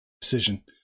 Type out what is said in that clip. Decision